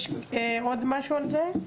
יש עוד משהו על זה?